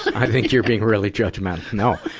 i think you're being really judgme, and no.